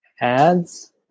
ads